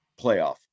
playoff